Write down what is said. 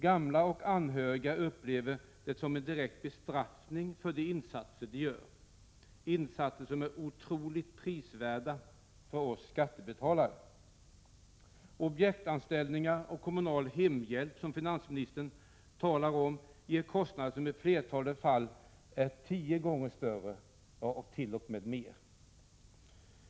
Gamla och anhöriga upplever det hela som en direkt bestraffning för de insatser de gör — insatser som är oerhört prisvärda för oss skattebetalare. Objektanställningar och kommunal hemhjälp, som finansministern talar om, ger kostnader som i flertalet fall är tio gånger större eller t.o.m. mer.